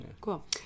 cool